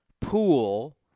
pool